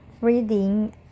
reading